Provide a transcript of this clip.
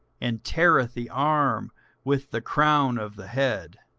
and teareth the arm with the crown of the head.